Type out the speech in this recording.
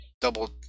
double